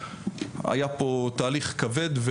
היה פה תהליך כבד,